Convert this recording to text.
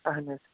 اَہَن حظ